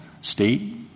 State